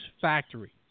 factory